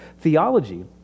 theology